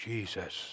Jesus